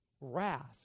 wrath